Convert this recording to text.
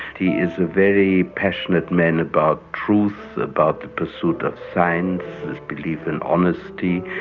he is a very passionate man about truth, about the pursuit of science, his belief in honesty.